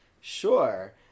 sure